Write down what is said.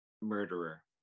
murderer